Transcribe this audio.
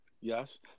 Yes